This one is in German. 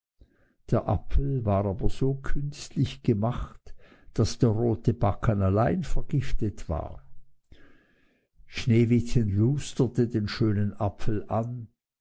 der apfel war aber so künstlich gemacht daß der rote backen allein vergiftet war sneewittchen lusterte den schönen apfel an